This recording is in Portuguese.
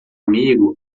amigo